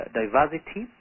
diversity